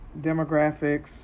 demographics